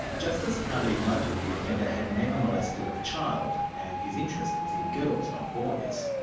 justice carmody noted the offender had never molested a child and his interest was in girls, not boys.